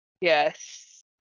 Yes